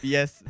Yes